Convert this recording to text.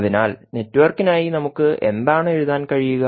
അതിനാൽ നെറ്റ്വർക്കിനായി നമുക്ക് എന്താണ് എഴുതാൻ കഴിയുക